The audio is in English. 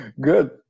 good